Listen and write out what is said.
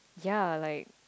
ya like